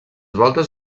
voltes